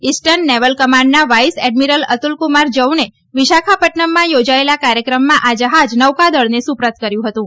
eastern naval કમાન્ડના vice admiral Atul Kumar જાને વિશાખાપદ્દનમમાં યોજાયેલા કાર્યક્રમમાં આ જહાજ નૌકાદળને સુપરત કર્યું હતું